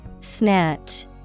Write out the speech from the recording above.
Snatch